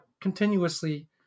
continuously